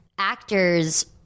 Actors